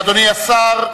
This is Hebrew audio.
אדוני השר,